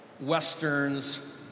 westerns